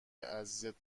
عزیزت